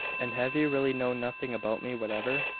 and have you really known nothing about me whatever?